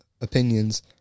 opinions